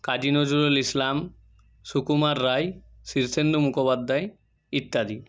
কাজী নজরুল ইসলাম সুকুমার রায় শীর্ষেন্দু মুখোপাধ্যায় ইত্যাদি